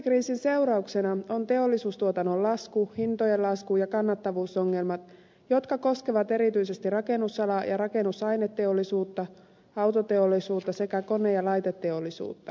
finanssikriisin seurauksena on teollisuustuotannon lasku hintojen lasku ja kannattavuusongelmat jotka koskevat erityisesti rakennusalaa ja rakennusaineteollisuutta autoteollisuutta sekä kone ja laiteteollisuutta